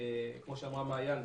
כמו שאמרה מעיין,